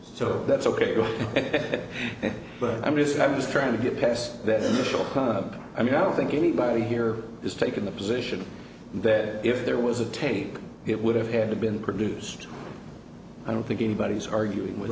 so that's ok go ahead but i'm just i'm just trying to get past that initial cause i mean i don't think anybody here has taken the position that if there was a tape it would have had to been produced i don't think anybody's arguing with